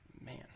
Man